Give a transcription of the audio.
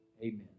Amen